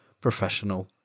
professional